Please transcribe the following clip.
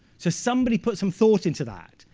so somebody put some thought into that.